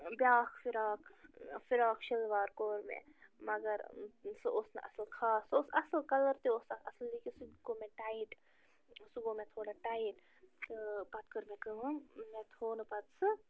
بیٛاکھ frock frock شلوار کوٚر مےٚ مگر سُہ اوس نہٕ اصٕل خاص سُہ اوس اصٕل کلر تہِ اوس تتھ اصٕل لیکِن سُہ تہِ گوٚو مےٚ ٹایِٹ سُہ گوٚو مےٚ تھوڑا ٹایِٹ تہٕ پتہٕ کٔر مےٚ کٲم مےٚ تھوٚونہٕ پتہٕ سُہ